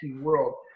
world